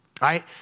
right